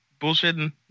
bullshitting